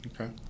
Okay